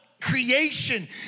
creation